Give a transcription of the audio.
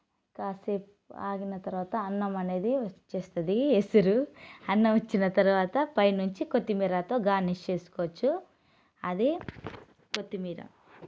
కాసేపు ఆగిన తర్వాత అన్నం అనేది వచ్చేస్తుంది ఎసురు అన్నం వచ్చిన తర్వాత పైనుంచి కొత్తిమీరతో గార్నిష్ చేసుకోవచ్చు అది కొత్తిమీర